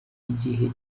igihe